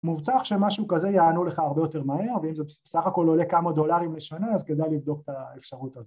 מובטח שמשהו כזה ייענו לך הרבה יותר מהר, ואם זה בסך הכל עולה כמה דולרים לשנה אז כדאי לבדוק את האפשרות הזאת